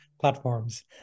platforms